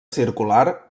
circular